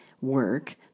work